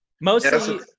mostly